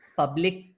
public